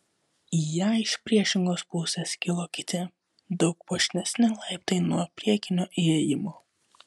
į ją iš priešingos pusės kilo kiti daug puošnesni laiptai nuo priekinio įėjimo